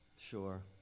sure